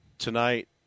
tonight